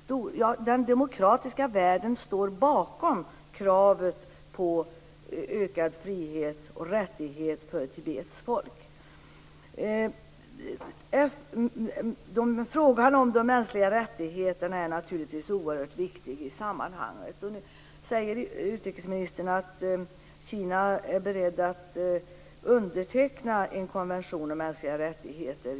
stora världen står bakom kravet på ökad frihet och rättighet för Tibets folk. Frågan om de mänskliga rättigheterna är naturligtvis oerhört viktig i sammanhanget. Utrikesministern säger nu att Kina är berett att underteckna en konvention om mänskliga rättigheter.